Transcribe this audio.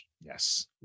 Yes